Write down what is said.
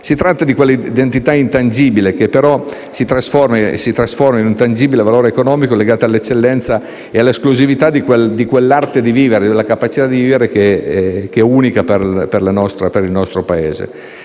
Si tratta di un'identità intangibile, che però si trasforma in un tangibile valore economico, legato all'eccellenza e all'esclusività di quell'arte di vivere del nostro Paese, che è unica. Se dovessi fare